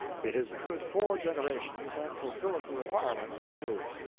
it is a good four generations, and fulfilleth the requirements of the rule.